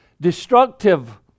Destructive